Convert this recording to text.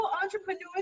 entrepreneurs